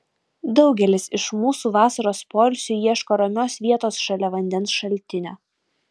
daugelis iš mūsų vasaros poilsiui ieško ramios vietos šalia vandens šaltinio